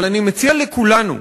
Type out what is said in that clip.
אבל אני מציע לכולנו,